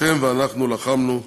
שאתם ואנחנו לחמנו למענה.